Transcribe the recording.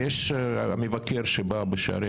יש מבקר שבא בשערי